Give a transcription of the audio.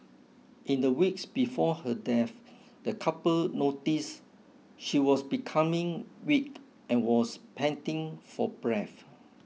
in the weeks before her death the couple noticed she was becoming weak and was panting for breath